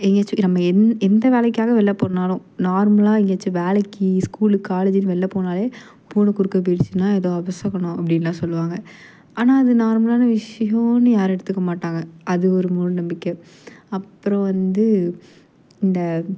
எங்கேயாச்சும் நம்ம என் எந்த வேலைக்காக வெளில போகணுனாலும் நார்மலாக எங்காச்சும் வேலைக்கு ஸ்கூல் காலேஜுன்னு வெளில போனாலே பூனை குறுக்கே போய்டுச்சின்னா ஏதோ அபசகுணம் அப்படின்லாம் சொல்லுவாங்க ஆனால் அது நார்மலான விஷயோம்னு யாரும் எடுத்துக்க மாட்டாங்க அது ஒரு மூடநம்பிக்கை அப்புறம் வந்து இந்த